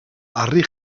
harri